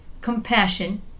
compassion